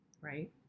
Right